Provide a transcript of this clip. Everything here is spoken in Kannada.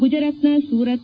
ಗುಜರಾತ್ನ ಸೂರತ್